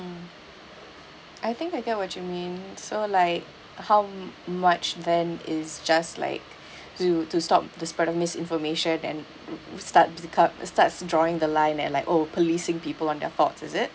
mm I think I get what you mean so like how much then is just like to to stop the spread of misinformation and start to curb starts drawing the line and like oh policing people on their thoughts is it